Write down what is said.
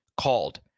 called